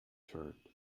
turned